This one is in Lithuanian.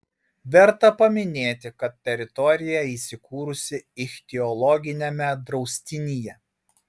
verta paminėti kad teritorija įsikūrusi ichtiologiniame draustinyje